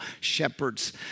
shepherds